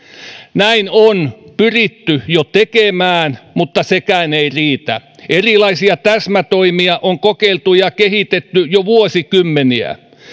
näin on pyritty jo tekemään mutta sekään ei riitä erilaisia täsmätoimia on kokeiltu ja kehitetty jo vuosikymmeniä